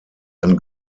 ein